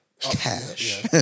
cash